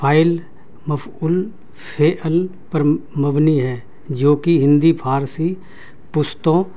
file مفعول فعل پر مبنی ہے جو کہ ہندی فارسی پستوں